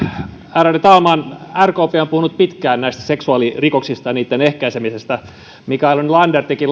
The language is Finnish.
ärade talman rkp on puhunut pitkään näistä seksuaalirikoksista ja niitten ehkäisemisestä mikaela nylander teki